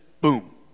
boom